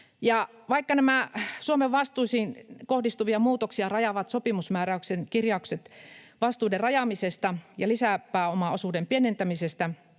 Vaikka Suomen vastuisiin kohdistuvia muutoksia rajaavat sopimusmääräyksen kirjaukset vastuiden rajaamisesta ja lisäpääomaosuuden pienentämisestä